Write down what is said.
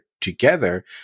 together